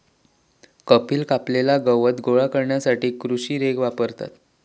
कपिल कापलेला गवत गोळा करण्यासाठी कृषी रेक वापरता